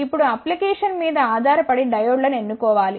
ఇప్పుడు అప్లికేషన్ మీద ఆధారపడి డయోడ్లను ఎన్నుకో వాలి